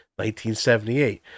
1978